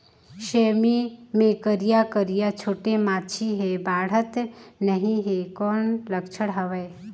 सेमी मे करिया करिया छोटे माछी हे बाढ़त नहीं हे कौन लक्षण हवय?